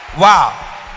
Wow